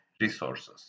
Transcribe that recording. resources